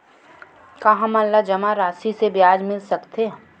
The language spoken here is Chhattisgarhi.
का हमन ला जमा राशि से ब्याज मिल सकथे?